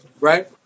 right